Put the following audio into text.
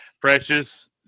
Precious